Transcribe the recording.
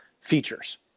features